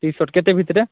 ଟି shirt କେତେ ଭିତରେ